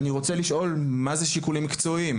אני רוצה לשאול מה זה שיקולים מקצועיים,